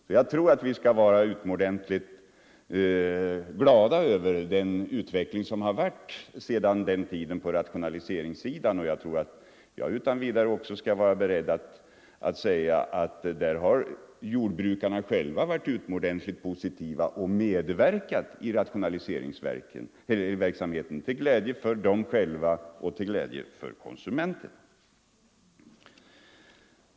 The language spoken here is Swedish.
Så jag tror att vi bör vara utomordentligt glada över den utveckling som har skett på rationaliseringssidan sedan 1967. Jag är också utan vidare beredd att säga att jordbrukarna själva har varit synnerligen positiva och medverkat i rationaliseringsverksamheten, till glädje för dem själva och till glädje för konsumenterna.